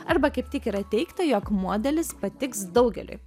arba kaip tik yra teigta jog modelis patiks daugeliui